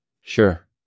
Sure